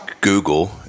Google